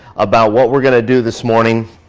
about what we're gonna do this morning.